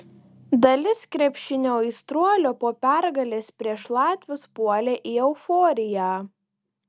dalis krepšinio aistruolių po pergalės prieš latvius puolė į euforiją